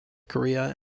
korea